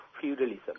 feudalism